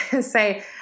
Say